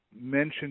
mentioned